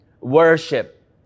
Worship